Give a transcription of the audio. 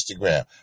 Instagram